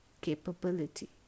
capability